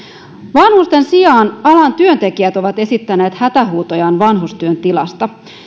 vanhusten sijaan alan työntekijät ovat esittäneet hätähuutojaan vanhustyön tilasta